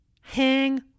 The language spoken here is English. hang